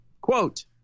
Quote